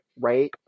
right